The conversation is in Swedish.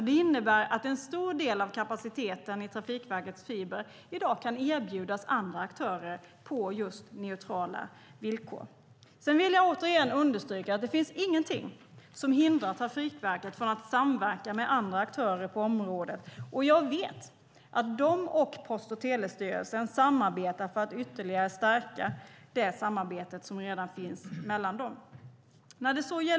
Det innebär att en stor del av kapaciteten i Trafikverkets fiber i dag kan erbjudas andra aktörer på just neutrala villkor. Jag vill återigen understryka att det finns ingenting som hindrar Trafikverket från att samverka med andra aktörer på området. Jag vet att Trafikverket och Post och telestyrelsen arbetar för att ytterligare stärka samarbetet som redan finns mellan dem.